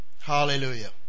Hallelujah